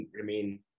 remain